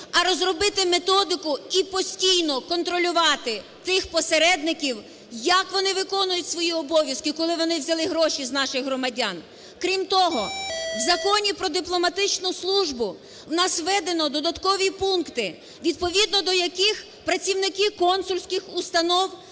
а розробити методику і постійно контролювати тих посередників, як вони виконують свої обов'язки, коли вони взяли гроші з наших громадян. Крім того, в Законі "Про дипломатичну службу" у нас введено додаткові пункти, відповідно до яких працівники консульських установ